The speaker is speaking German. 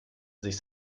sich